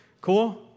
Cool